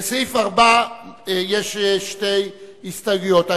לסעיף 4 יש שתי הסתייגויות.